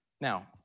Now